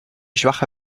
schwache